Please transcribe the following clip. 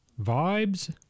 Vibes